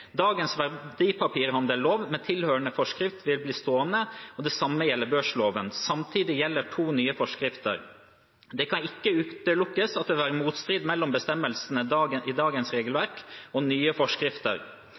Dagens verdipapirhandellov med tilhørende forskrift vil bli stående, og det samme gjelder børsloven. Samtidig gjelder to nye forskrifter . Det kan ikke utelukkes at det vil være motstrid mellom bestemmelser i dagens